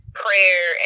prayer